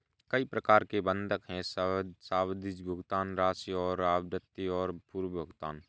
कई प्रकार के बंधक हैं, सावधि, भुगतान राशि और आवृत्ति और पूर्व भुगतान